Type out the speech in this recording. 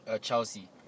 Chelsea